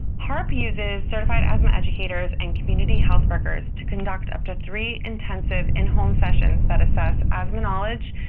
harp uses certified asthma educators and community health workers to conduct up to three intensives in-home sessions that assess asthma knowledge,